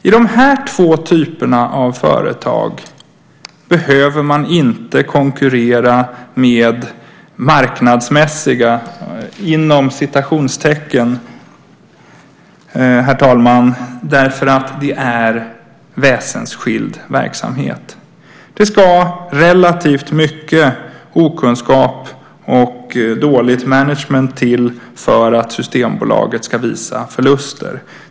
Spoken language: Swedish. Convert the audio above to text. I dessa två typer av företag behöver man inte, herr talman, konkurrera med "marknadsmässiga" löner eftersom det är fråga om en väsensskild verksamhet. Det måste till relativt mycket okunskap och dåligt management för att Systembolaget ska visa förluster.